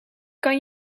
kan